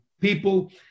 People